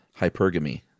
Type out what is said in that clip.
hypergamy